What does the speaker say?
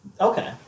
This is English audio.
okay